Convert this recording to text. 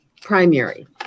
primary